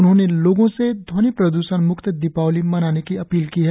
उन्होंने लोगों से ध्वनि प्रदूषण मुक्त दीपावली मनाने की अपील की है